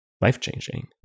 life-changing